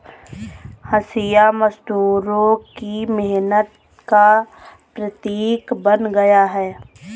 हँसिया मजदूरों की मेहनत का प्रतीक बन गया है